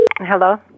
Hello